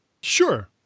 Sure